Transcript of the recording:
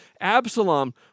Absalom